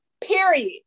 period